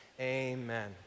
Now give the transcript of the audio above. Amen